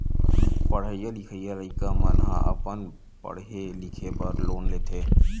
पड़हइया लिखइया लइका मन ह अपन पड़हे लिखे बर लोन लेथे